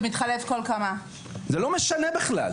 זה לא משנה בכלל.